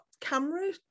camera